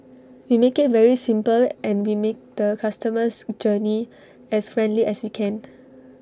we make IT very simple and we make the customer's journey as friendly as we can